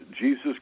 Jesus